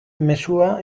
mezua